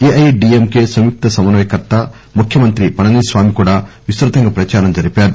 AIADMK సంయుక్త సమన్వయ కర్త ముఖ్యమంత్రి పళనిస్వామి కూడా విస్తృతంగా ప్రచారం జరిపారు